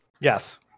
Yes